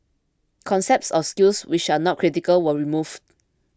concepts or skills which are not critical were removed